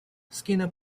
skinner